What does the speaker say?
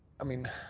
i mean,